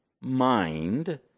mind